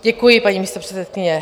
Děkuji, paní místopředsedkyně.